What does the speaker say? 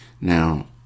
Now